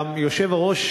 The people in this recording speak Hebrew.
גם היושב-ראש,